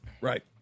right